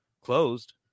closed